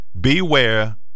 Beware